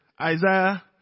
Isaiah